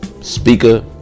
speaker